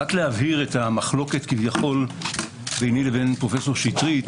רק להבהיר את המחלוקת כביכול ביני לבין פרופ' שטרית